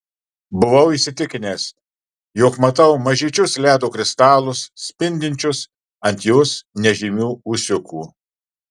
buvau įsitikinęs jog matau mažyčius ledo kristalus spindinčius ant jos nežymių ūsiukų